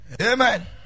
amen